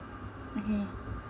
okay